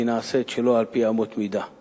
שנעשית שלא על-פי אמות מידה.